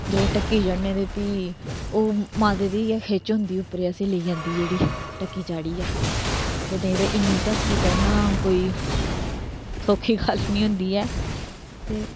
जिसलै ढक्की चढ़ने ते फ्ही ओह् माता दी गै खिच्च होंदी उपरा गी जेहड़ी लेई जंदी असेंगी ढक्की चाढ़ियै ते नेईं ते इन्नी ढक्की चढ़नां सौखी गल्ल नेईं होंदी ऐ